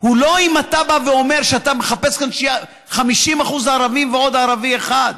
הוא לא אם אתה בא ואומר שאתה מחפש 50% ערבים ועוד ערבי אחד.